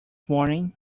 morning